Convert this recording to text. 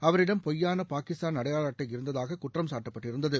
அவரிடம் பொய்யான பாகிஸ்தான் அடையாள அட்டை இருந்ததாக குற்றம் சாட்டப்பட்டிருந்தது